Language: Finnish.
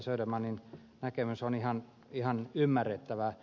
södermanin näkemys on ihan ymmärrettävä